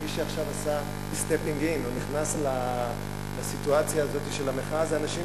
מי שעכשיו עשה stepping-in או נכנס לסיטואציה הזאת של המחאה זה אנשים